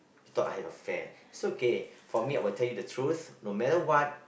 she thought I had affair is okay for me I'll tell you the truth no matter what